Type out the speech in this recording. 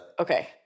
Okay